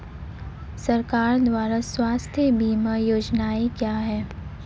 सरकार द्वारा स्वास्थ्य बीमा योजनाएं क्या हैं?